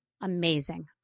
amazing